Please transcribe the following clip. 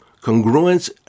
congruence